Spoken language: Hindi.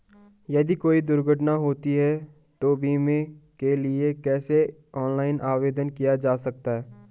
यदि कोई दुर्घटना होती है तो बीमे के लिए कैसे ऑनलाइन आवेदन किया जा सकता है?